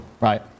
Right